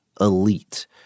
elite